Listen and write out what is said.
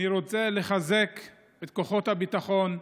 אני רוצה לחזק את ידי כוחות הביטחון,